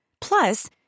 Plus